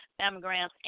mammograms